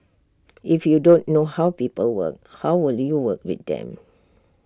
if you don't know how people work how will you work with them